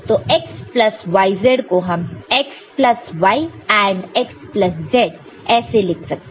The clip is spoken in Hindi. तो x प्लस yz को हम x plus y AND x plus z ऐसे लिखेंगे